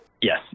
Yes